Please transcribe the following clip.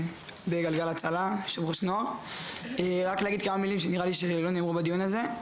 כמה הרצאות אתם מתכננים להעביר עד סוף השנה?